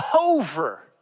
over